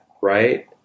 Right